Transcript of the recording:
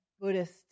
Buddhist